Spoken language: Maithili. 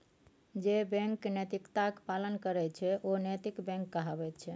जे बैंक नैतिकताक पालन करैत छै ओ नैतिक बैंक कहाबैत छै